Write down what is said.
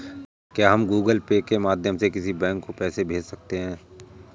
क्या हम Google Pay के माध्यम से किसी बैंक को पैसे भेज सकते हैं?